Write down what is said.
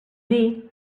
dir